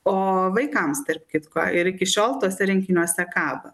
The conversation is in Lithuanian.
o vaikams tarp kitko ir iki šiol tuose rinkiniuose kabo